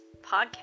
podcast